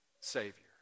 Savior